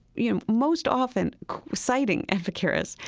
you know, most often citing epicurus,